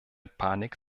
panik